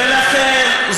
ולכן,